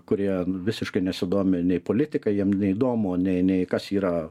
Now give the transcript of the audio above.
kurie visiškai nesidomi nei politika jiem neįdomu nei nei kas yra